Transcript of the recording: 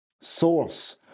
source